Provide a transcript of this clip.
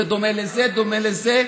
זה דומה לזה, דומה לזה,